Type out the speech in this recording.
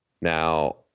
now